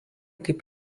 kaip